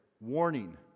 warning